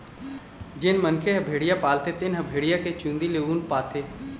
जेन मनखे ह भेड़िया पालथे तेन ह भेड़िया के चूंदी ले ऊन पाथे